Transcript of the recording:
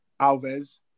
Alves